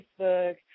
Facebook